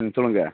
ம் சொல்லுங்கள்